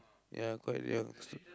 ya quite relax